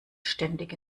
ständig